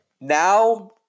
now